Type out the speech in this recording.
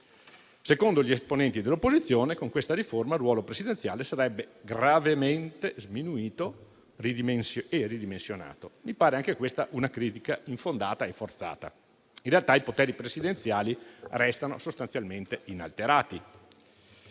Secondo gli esponenti dell'opposizione, con questa riforma il ruolo presidenziale sarebbe gravemente sminuito e ridimensionato. Mi pare anche questa una critica infondata e forzata. In realtà i poteri presidenziali restano sostanzialmente inalterati.